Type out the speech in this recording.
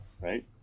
right